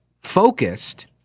focused